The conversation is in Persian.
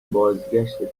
بازگشت